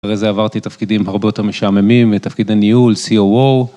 אחרי זה עברתי תפקידים הרבה יותר משעממים, תפקיד הניהול, COO.